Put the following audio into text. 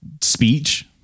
speech